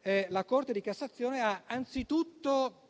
- che la Corte di cassazione ha anzitutto